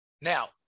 Now